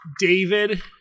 david